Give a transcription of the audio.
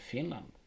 Finland